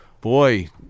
boy